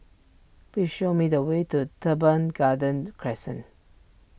please show me the way to Teban Garden Crescent